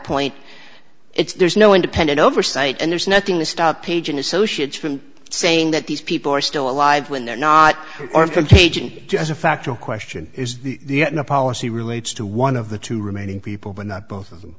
point it's there's no independent oversight and there's nothing the start page and associates from saying that these people are still alive when they're not contagion just a fact or question is the policy relates to one of the two remaining people but not both of them